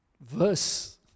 verse